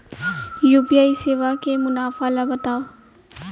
UPI सेवा के मुनाफा ल बतावव?